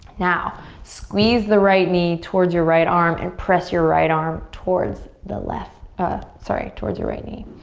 now, squeeze the right knee towards your right arm and press your right arm towards the left, ah sorry, towards your right knee.